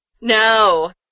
No